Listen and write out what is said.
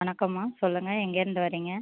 வணக்கம்மா சொல்லுங்கள் எங்கேருந்து வரீங்க